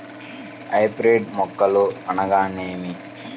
Hybrid మొక్కలు అనగానేమి?